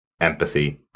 empathy